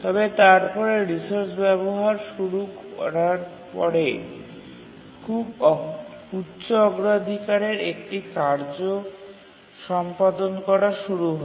তবে তারপরে রিসোর্স ব্যবহার শুরু করার পরে খুব উচ্চ অগ্রাধিকারের একটি কার্য সম্পাদন করা শুরু হয়